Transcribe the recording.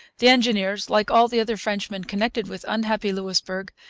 the engineers, like all the other frenchmen connected with unhappy louisbourg,